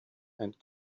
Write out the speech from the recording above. and